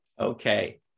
Okay